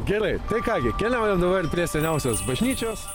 gerai tai ką gi keliaujam dabar prie seniausios bažnyčios